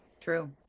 True